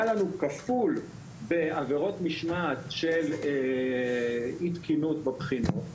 היה לנו כפול בעבירות משמעת של אי תקינות בבחינות.